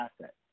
asset